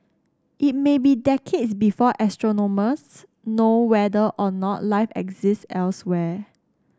it may be decades before astronomers know whether or not life exists elsewhere